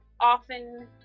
often